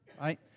right